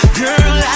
girl